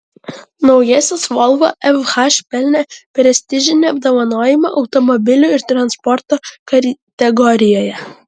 naujasis volvo fh pelnė prestižinį apdovanojimą automobilių ir transporto kategorijoje